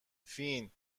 فین